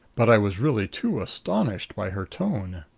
but i was really too astonished by her tone.